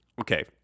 okay